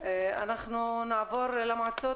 אנחנו נעבור למועצות.